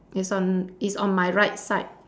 it's on it's on my right side